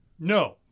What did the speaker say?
No